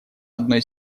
одной